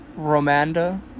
Romanda